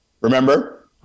Remember